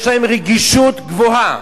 יש להן רגישות גבוהה